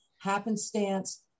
happenstance